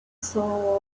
saw